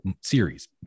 series